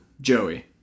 Joey